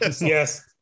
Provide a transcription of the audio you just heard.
Yes